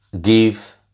give